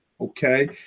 Okay